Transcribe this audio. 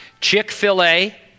Chick-fil-A